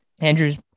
Andrews